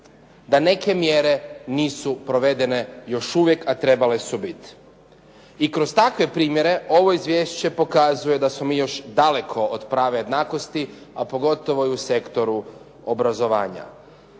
da neke mjere nisu provedene još uvijek, a trebale su biti. I kroz takve primjere, ovo izvješće pokazuje da smo mi još daleko od prave jednakosti, a pogotovo u sektoru obrazovanju.